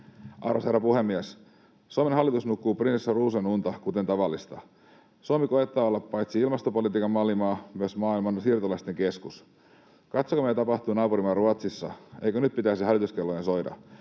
Arvoisa herra puhemies! Suomen hallitus nukkuu prinsessa Ruususen unta, kuten tavallista. Suomi koettaa olla paitsi ilmastopolitiikan mallimaa myös maailman siirtolaisten keskus. Katsokaa, mitä tapahtuu naapurimaa Ruotsissa. Eikö nyt pitäisi hälytyskellojen soida?